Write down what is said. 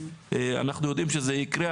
אנחנו יודעים שזה יקרה,